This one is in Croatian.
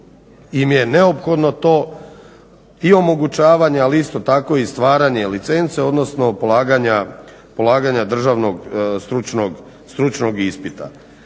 im je neophodno to, i omogućavanje, ali isto tako i stvaranje licence, odnosno polaganja državnog stručnog ispita.